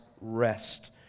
rest